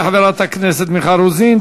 תודה לחברת הכנסת מיכל רוזין.